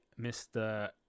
mr